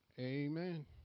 Amen